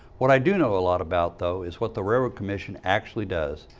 what i do know a lot about, though, is what the railroad commission actually does,